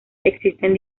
existen